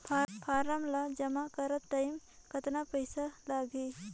Form ला जमा करत टाइम कतना पइसा लगही?